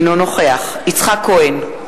אינו נוכח יצחק כהן,